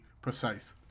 precise